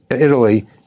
Italy